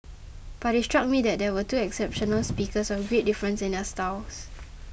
but it struck me that here were two exceptional speakers of great difference in their styles